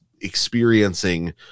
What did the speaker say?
experiencing